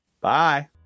Bye